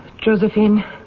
Josephine